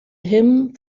him